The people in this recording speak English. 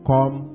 Come